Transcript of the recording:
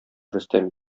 рөстәм